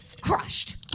Crushed